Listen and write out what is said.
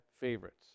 favorites